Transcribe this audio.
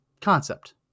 concept